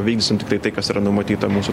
vykdysim tiktai tai kas yra numatyta mūsų